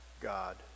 God